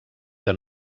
que